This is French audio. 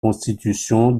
constitution